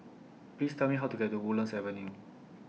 Please Tell Me How to get to Woodlands Avenue